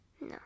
No